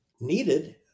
needed